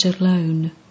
alone